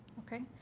okay.